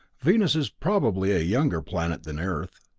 venus is probably a younger planet than earth.